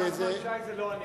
נחמן שי זה לא אני.